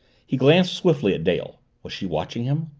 he glanced swiftly at dale was she watching him?